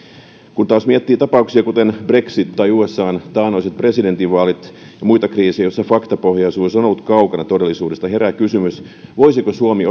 kun taas miettii tapauksia kuten brexit tai usan taannoiset presidentinvaalit ja muita kriisejä joissa faktapohjaisuus on ollut kaukana todellisuudesta herää kysymys voisiko suomi